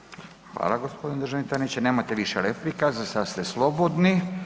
Hvala g. državni tajniče, nemate više replika, za sad ste slobodni.